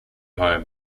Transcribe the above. home